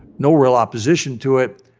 no real opposition to it.